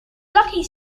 lucky